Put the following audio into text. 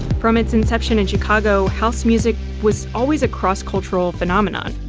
from its inception in chicago, house music was always a cross cultural phenomenon.